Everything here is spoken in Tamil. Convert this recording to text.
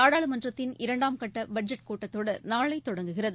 நாடாளுமன்றத்தின் இரண்டாம் கட்ட பட்ஜெட் கூட்டத் தொடர் நாளை தொடங்குகிறது